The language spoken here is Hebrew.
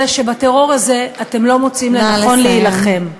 אלא שבטרור הזה, נא לסיים.